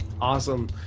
Awesome